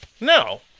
No